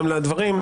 גם לדברים,